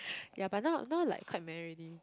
ya but now now like quite man already